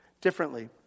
differently